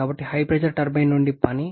కాబట్టి HP turbine నుండి పని